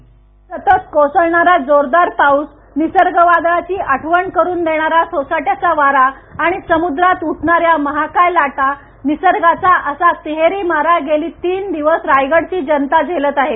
script सतत कोसळणारा जोरदार पाऊस निसर्ग वादळाची आठवण करून देणारा सोसाटयाचा वाराआणि समुद्रात उठणाऱ्या महाकाय लाटा निसर्गाचा असा तिहेरी मारा गेली तीन दिवस रायगडची जनता झेलत आहे